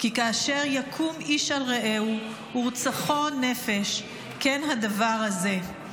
"כי כאשר יקום איש על רעהו ורצחו נפש כן הדבר הזה".